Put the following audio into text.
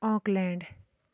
England